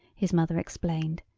his mother explained.